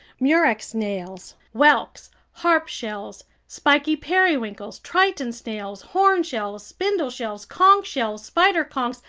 murex snails, whelks, harp shells, spiky periwinkles, triton snails, horn shells, spindle shells, conch shells, spider conchs,